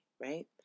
right